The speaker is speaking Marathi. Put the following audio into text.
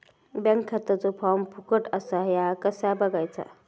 बँक खात्याचो फार्म फुकट असा ह्या कसा बगायचा?